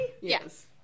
yes